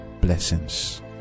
blessings